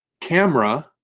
camera